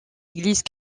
église